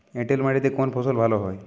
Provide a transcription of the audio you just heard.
এঁটেল মাটিতে কোন ফসল ভালো হয়?